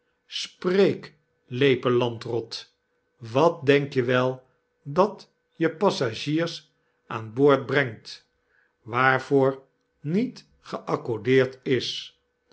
spreek leepe landrot wat denk je wel dat je passagiers aan boord brengt waarvoor niet geaccordeerd is